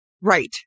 Right